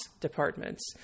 departments